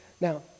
Now